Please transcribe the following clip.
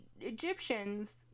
egyptians